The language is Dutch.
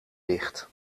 dicht